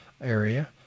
area